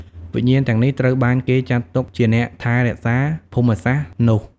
វិញ្ញាណទាំងនេះត្រូវបានគេចាត់ទុកជាអ្នកថែរក្សាភូមិសាស្ត្រនោះ។